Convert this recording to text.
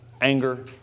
anger